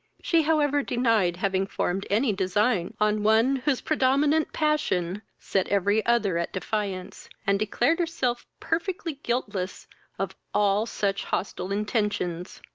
she however denied having formed any designs on one whose predominant passion set every other at defiance, and declared herself perfectly guiltless of all such hostile intentions.